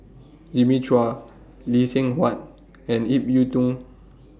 Jimmy Chua Lee Seng Huat and Ip Yiu Tung